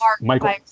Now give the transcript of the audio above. Michael